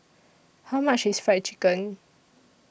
How much IS Fried Chicken